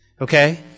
okay